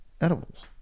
edibles